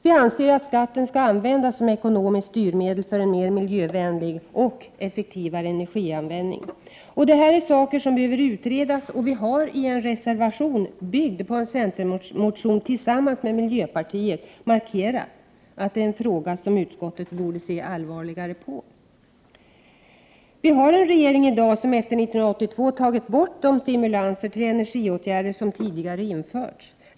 Vi anser att skatten skall användas som ett ekonomiskt styrmedel för en mer miljövänlig och effektivare energianvändning. Detta är frågor som behöver utredas, och vi har i en reservation, som bygger på en centermotion, tillsammans med miljöpartiet markerat att det är en fråga som utskottet borde se allvarligare på. Sverige har i dag en regering som sedan 1982 har tagit bort de stimulanser till energiåtgärder som tidigare införts.